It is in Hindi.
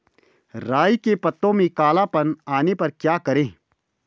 राई के पत्तों में काला पन आने पर क्या करें?